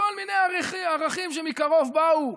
בכל מיני ערכים שמקרוב באו.